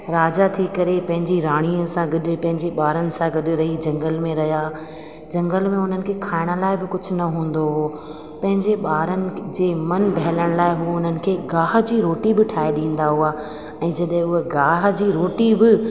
राजा थी करे पंहिंजी राणीअ सां गॾु पंहिंजी ॿारनि सां गॾु रही झंगल में रहिया झंगल में हुननि खे खाइण लाइ बि कुझु न हूंदो हुओ पंहिंजे ॿारनि जो मनु बहलाइण लाइ उहे हुननि खे गाह जी रोटी बि ठाहे ॾींदा हुआ ऐं जॾहिं उहा गाह जी रोटी बि